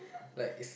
like is